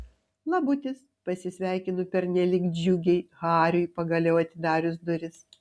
labutis pasisveikinu pernelyg džiugiai hariui pagaliau atidarius duris